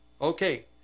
Okay